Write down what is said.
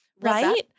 Right